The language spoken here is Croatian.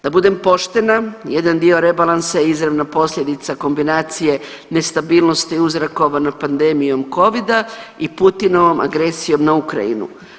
Da budem poštena jedan dio rebalansa je izravna posljedica kombinacije nestabilnosti uzrokovano pandemijom covida i Putinovom agresijom na Ukrajinu.